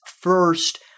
First